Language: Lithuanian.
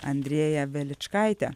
andrėją veličkaitę